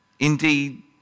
Indeed